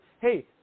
hey